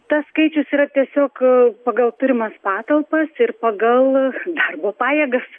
tas skaičius yra tiesiog pagal turimas patalpas ir pagal darbo pajėgas